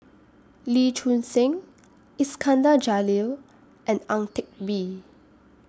Lee Choon Seng Iskandar Jalil and Ang Teck Bee